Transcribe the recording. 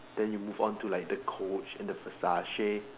then you move on to like the Coach and the Versace